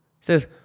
says